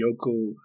Yoko